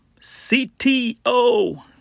CTO